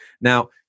Now